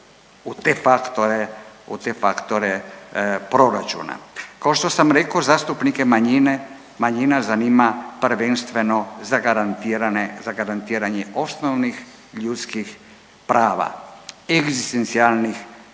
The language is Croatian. u te faktore proračuna. Kao što sam reko zastupnike manjine, manjina zanima prvenstveno zagarantirane, zagarantiranje osnovnih ljudskih prava, egzistencijalnih prije